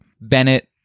Bennett